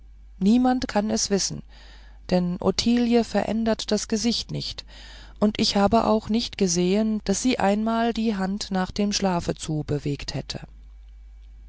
niemand kann es wissen denn ottilie verändert das gesicht nicht und ich habe auch nicht gesehen daß sie einmal die hand nach dem schlafe zu bewegt hätte